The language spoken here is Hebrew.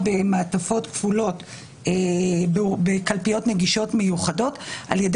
במעטפות כפולות בקלפיות נגישות מיוחדות על-ידי